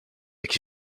jakiś